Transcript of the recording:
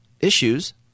issues